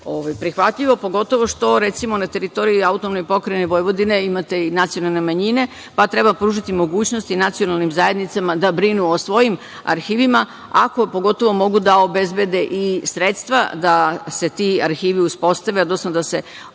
prihvatljivo, pogotovo što recimo na teritoriji AP Vojvodine imate i nacionalne manjine, pa treba pružiti mogućnosti nacionalnim zajednicama da brinu o svojim arhivima, ako pogotovo mogu da obezbede i sredstva da se ti arhivi uspostave, odnosno da se održavaju